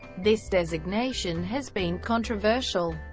this designation has been controversial.